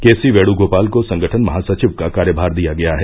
केसी वेणुगोपाल को संगठन महासचिव का कार्यमार दिया गया है